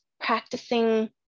practicing